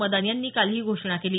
मदान यांनी काल ही घोषणा केली